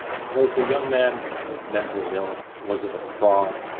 was the young man mentally ill? was it a fraud?